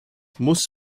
muss